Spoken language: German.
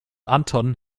anton